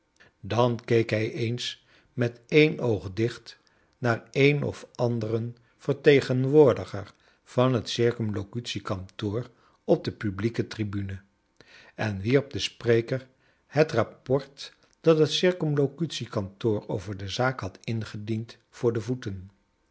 dan keek hij eens met een oog dicht naar een of anueren vertegenwoordiger van het c k op de publieke tribune en wierp den spreker het rapport dat het c k over de zaak had ingediend voor de voeten